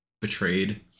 betrayed